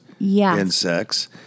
insects